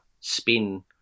spin